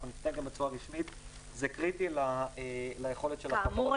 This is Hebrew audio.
אנחנו נפנה גם בצורה רשמית כי זה קריטי ליכולת של -- כאמור,